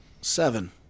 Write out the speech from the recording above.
Seven